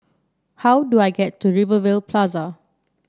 how do I get to Rivervale Plaza